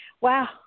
Wow